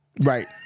Right